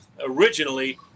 originally